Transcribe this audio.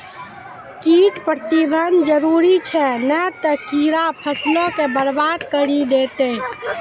कीट प्रबंधन जरुरी छै नै त कीड़ा फसलो के बरबाद करि देतै